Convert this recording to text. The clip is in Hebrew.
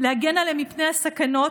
להגן עליהם מפני סכנות,